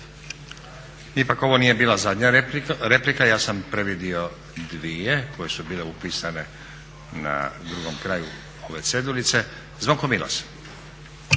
Ipak ovo nije bila zadnja replika. Ja sam predvidio dvije koje su bile upisane na drugom kraju ove ceduljice. Zvonko Milas.